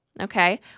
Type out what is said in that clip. Okay